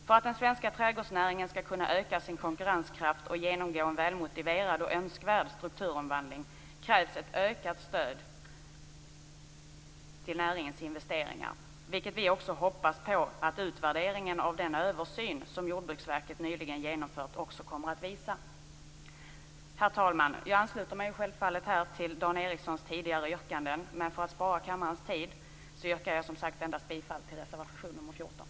För att den svenska trädgårdsnäringen skall kunna öka sin konkurrenskraft och genomgå en välmotiverad och önskvärd strukturomvandling krävs det ett ökat stöd till näringens investeringar, vilket vi hoppas att utvärderingen av den översyn som Jordbruksverket nyligen genomfört också kommer att visa. Herr talman! Jag ansluter mig självfallet till Dan Ericssons tidigare yrkanden, men för att spara kammarens tid yrkar jag bifall endast till reservation nr